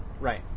Right